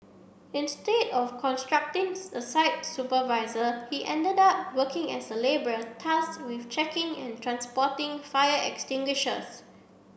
instead of construction a site supervisor he ended up working as a labourer tasked with checking and transporting fire extinguishers